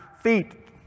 feet